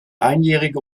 einjährige